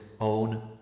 own